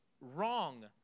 wrong